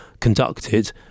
conducted